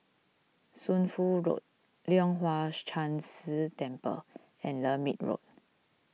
Shunfu Road Leong Hwa Chan Si Temple and Lermit Road